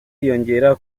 yiyongera